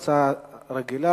אדוני,